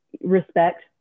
respect